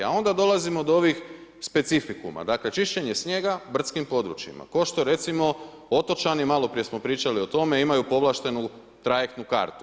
A onda dolazimo do ovih specifikuma, dakle, čišćenje snijega brdskim područjima, ko što recimo, otočani, maloprije smo pričali o tome, imaju povlaštenu trajektnu kartu.